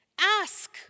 Ask